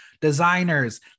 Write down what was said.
designers